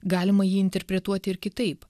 galima jį interpretuoti ir kitaip